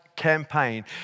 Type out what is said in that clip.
campaign